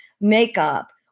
makeup